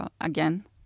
again